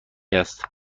است